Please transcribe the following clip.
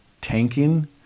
tanking